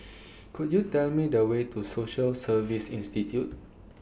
Could YOU Tell Me The Way to Social Service Institute